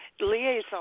liaison